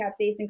capsaicin